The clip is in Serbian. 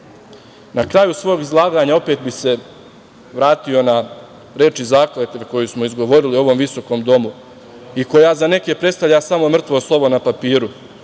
kraju svog izlaganja opet bih se vratio na reči zakletve koju smo izgovorili u ovom visokom domu i koja za neke predstavlja samo mrtvo slovo na papiru,